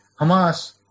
Hamas